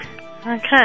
Okay